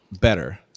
better